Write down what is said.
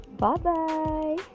Bye-bye